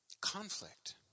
Conflict